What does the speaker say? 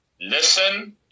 Listen